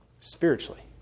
spiritually